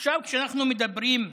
עכשיו, כשאנחנו מדברים,